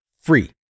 free